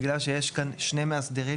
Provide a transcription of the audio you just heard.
בגלל שיש כאן שני מאסדרים,